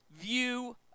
view